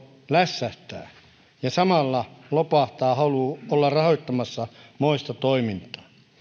lässähtää ja samalla lopahtaa halu olla rahoittamassa moista toimintaa